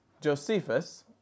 Josephus